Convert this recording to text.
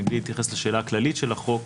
מבלי להתייחס לשאלה הכללית של החוק,